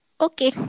okay